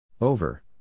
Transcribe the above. Over